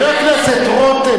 חבר הכנסת רותם,